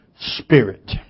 spirit